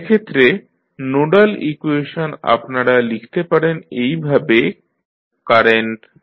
এক্ষেত্রে nodal equation আপনারা লিখতে পারেন এইভাবে কারেন্ট iVR1LVdtCdvdt